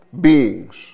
beings